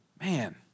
Man